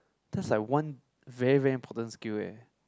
that's like one very very important skill eh